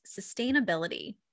sustainability